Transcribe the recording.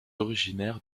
originaire